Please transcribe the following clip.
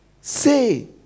say